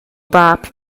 bab